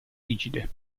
rigide